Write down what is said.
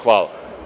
Hvala.